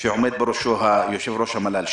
אנחנו ראינו שיש אחוזי הדבקה מאוד גדולים מהבאים מחו"ל.